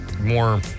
more